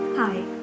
Hi